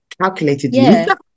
calculated